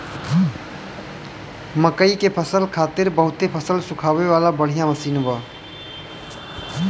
मकई के फसल खातिर बहुते फसल सुखावे वाला बढ़िया मशीन बा